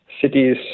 cities